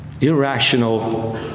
irrational